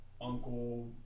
uncle